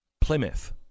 Plymouth